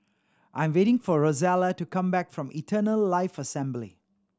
I am waiting for Rosella to come back from Eternal Life Assembly